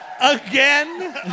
Again